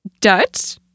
Dutch